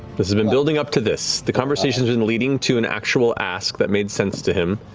this has been building up to this. the conversation's been leading to an actual ask that made sense to him,